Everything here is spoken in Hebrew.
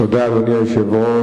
תודה, אדוני היושב-ראש.